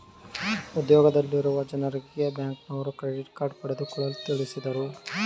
ಉದ್ಯೋಗದಲ್ಲಿರುವ ಜನರಿಗೆ ಬ್ಯಾಂಕ್ನವರು ಕ್ರೆಡಿಟ್ ಕಾರ್ಡ್ ಪಡೆದುಕೊಳ್ಳಲು ತಿಳಿಸಿದರು